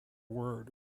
word